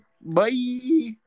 Bye